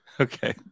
Okay